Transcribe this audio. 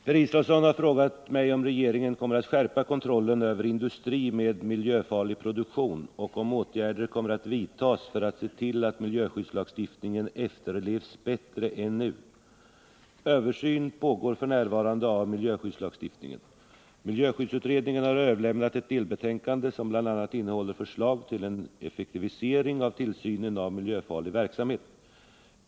Herr talman! Per Israelsson har frågat mig om regeringen kommer att skärpa kontrollen över industri med miljöfarlig produktion och om åtgärder kommer att vidtas för att se till att miljöskyddslagstiftningen efterlevs bättre än nu. Översyn pågår f. n. av miljöskyddslagstiftningen. Miljöskyddsutredningen har överlämnat ett delbetänkande, som bl.a. innehåller förslag till en effektivisering av tillsynen av miljöfarlig verksamhet.